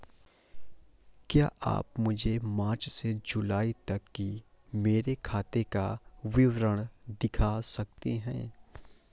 क्या आप मुझे मार्च से जूलाई तक की मेरे खाता का विवरण दिखा सकते हैं?